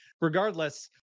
regardless